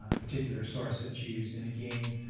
ah particular source that's used. and, again,